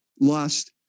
lust